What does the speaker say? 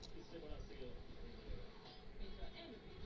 पेड़ से चिप्चिपा रबड़ो जइसा पदार्थ अवेला